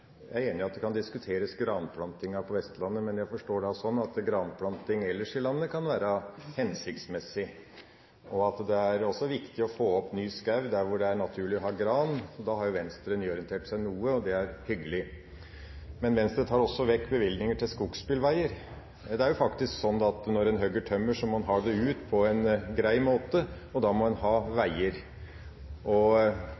Jeg er enig i at granplantinga på Vestlandet kan diskuteres, men jeg forstår det sånn at granplanting ellers i landet kan være hensiktsmessig, og at det også er viktig å få opp ny skog der det er naturlig å ha gran. Da har jo Venstre nyorientert seg noe, og det er hyggelig. Men Venstre tar også vekk bevilgninger til skogsbilveier. Det er faktisk sånn at når en hugger tømmer, må en ha det ut på en grei måte, og da må en ha